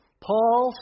Paul